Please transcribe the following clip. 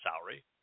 salary